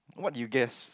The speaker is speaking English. what you guess